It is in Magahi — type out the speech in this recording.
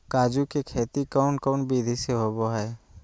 काजू के खेती कौन कौन विधि से होबो हय?